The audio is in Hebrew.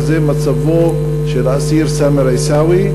וזה מצבו של האסיר סאמר עיסאווי,